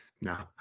No